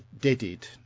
deaded